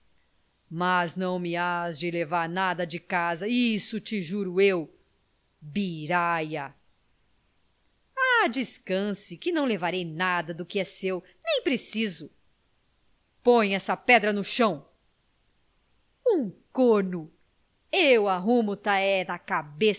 mas não me hás de levar nada de casa isso te juro eu biraia ah descanse que não levarei nada do que é seu nem preciso põe essa pedra no chão um corno eu arrumo ta na cabeça